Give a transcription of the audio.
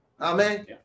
Amen